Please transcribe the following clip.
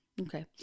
Okay